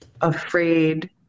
afraid